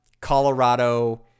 colorado